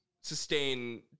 sustain